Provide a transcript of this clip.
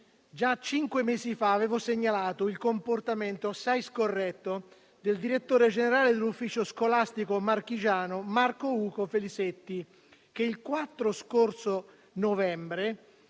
già cinque mesi fa avevo segnalato il comportamento assai scorretto del direttore generale dell'ufficio scolastico marchigiano Marco Ugo Filisetti, che il 4 novembre